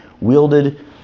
wielded